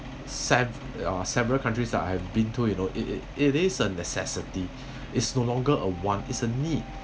se~ uh several countries that I've been to you know it it it is a necessity is no longer a want is a need